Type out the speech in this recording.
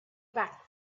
back